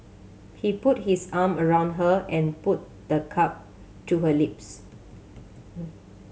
he put his arm around her and put the cup to her lips